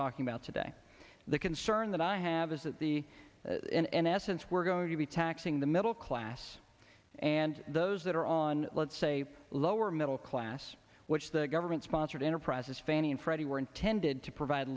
talking about today the concern that i have is that the in essence we're going to be taxing the middle class and those that are on let's say lower middle class which the government sponsored enterprises fannie and freddie were intended to provide